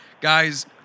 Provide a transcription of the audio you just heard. Guys